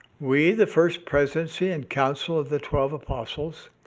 we, the first presidency and council of the twelve apostles,